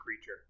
creature